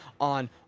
on